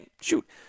shoot